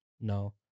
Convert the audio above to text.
No